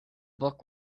book